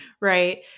right